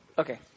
Okay